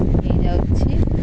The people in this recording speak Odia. କୁହାଯାଉଛି